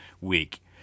week